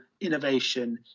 innovation